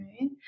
Right